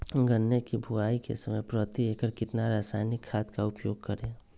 गन्ने की बुवाई के समय प्रति एकड़ कितना रासायनिक खाद का उपयोग करें?